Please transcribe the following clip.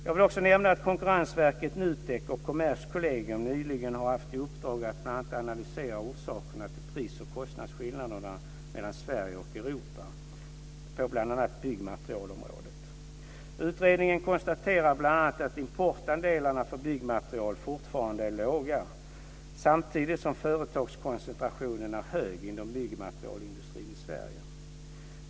Jag vill också nämna att Konkurrensverket, NU TEK och Kommerskollegium nyligen har haft i uppdrag att bl.a. analysera orsakerna till pris och kostnadsskillnader mellan Sverige och Europa på bl.a. byggmaterialområdet. Utredningen konstaterar bl.a. att importandelarna för byggmaterial fortfarande är låga samtidigt som företagskoncentrationen är hög inom byggmaterialindustrin i Sverige.